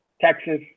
Texas